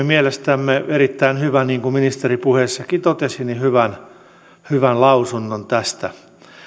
mielestämme erittäin hyvän niin kuin ministeri puheessakin totesi lausunnon tästä